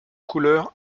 couleur